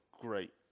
great